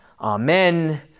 amen